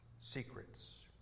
Secrets